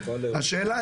השאלה,